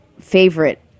favorite